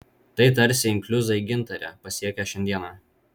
tai tarsi inkliuzai gintare pasiekę šiandieną